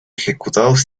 ejecutados